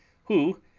who,